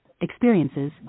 experiences